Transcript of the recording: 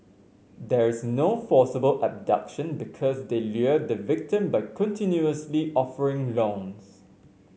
there's no forcible abduction because they lure the victim by continuously offering loans